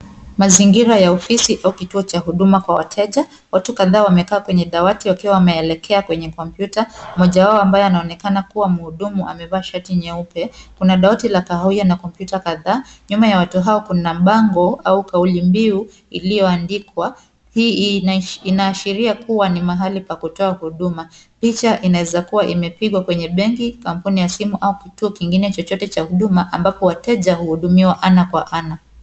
Mazingira ya ofisi au kituo cha huduma kwa wateja. Watu kadhaa wamekaa kwenye dawati wakiwa wameelekea kwenye kompyuta. Moja wao ambayo yanaonekana kuwa mhudumu amevaa shati nyeupe. Kuna dawati la kahawia na kompyuta kadhaa. Nyuma ya watu hao kuna bango au kauli mbiu iliyoandikwa. Hii inaashiria kuwa ni mahali pa kutoa huduma. Picha inaweza kuwa imepigwa kwenye benki kampuni ya simu au kituo kingine chochote cha huduma ambapo wateja huhudumiwa ana kwa ana.